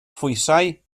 phwysau